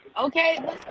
Okay